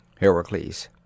Heracles